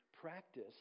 practice